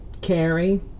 carrie